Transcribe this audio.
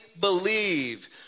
believe